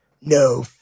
no